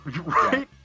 right